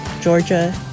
Georgia